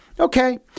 Okay